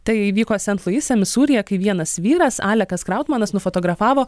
tai įvyko sent luise misūryje kai vienas vyras alekas krautmanas nufotografavo